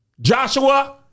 Joshua